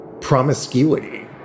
promiscuity